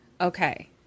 Okay